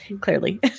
Clearly